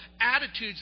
attitudes